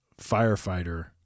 firefighter